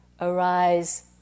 arise